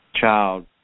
child